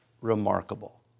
remarkable